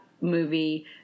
movie